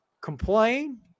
complain